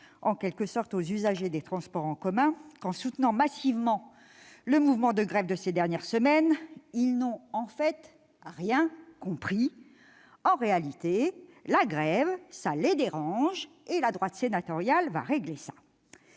« signaler » aux usagers des transports en commun qu'en soutenant massivement le mouvement de grève de ces dernières semaines, ils n'ont en fait rien compris : en réalité, la grève, ça les dérange, et la droite sénatoriale va régler ça